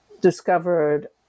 discovered